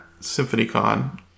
SymphonyCon